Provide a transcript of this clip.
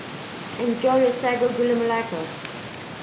enjoy your Sago Gula Melaka